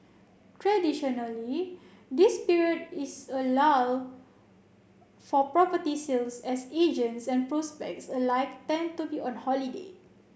traditionally this period is a lull for property sales as agents and prospects alike tend to be on holiday